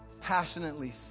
passionately